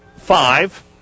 five